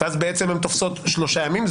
והן תופסות שלושה ימים,